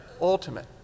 ultimate